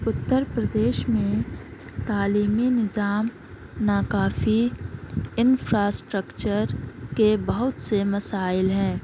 اتر پردیش میں تعلیمی نظام ناکافی انفراسٹریکچر کے بہت سے مسائل ہیں